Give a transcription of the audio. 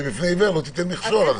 זה לפני עיוור לא תיתן מכשול.